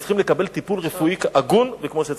הם צריכים לקבל טיפול רפואי הגון וכמו שצריך.